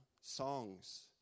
songs